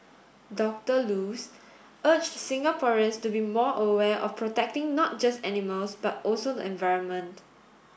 Doctor Luz urged Singaporeans to be more aware of protecting not just animals but also the environment